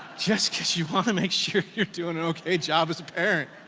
just cause you wanna make sure you're doing an okay job as a parent.